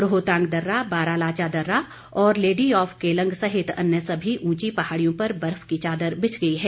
रोहतांग दर्रा बारालाचा दर्रा और लेडी ऑफ केलंग सहित अन्य सभी ऊंची पहाड़ियों पर बर्फ की चादर बिछ गई है